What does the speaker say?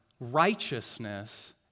righteousness